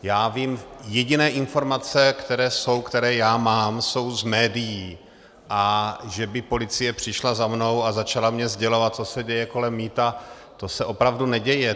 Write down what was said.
Já vím jediné informace, které jsou, které já mám, jsou z médií, a že by policie přišla za mnou a začala mi sdělovat, co se děje kolem mýta, to se opravdu neděje.